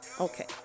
okay